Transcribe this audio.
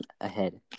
ahead